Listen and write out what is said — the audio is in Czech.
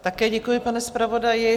Také děkuji, pane zpravodaji.